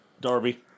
Darby